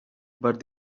but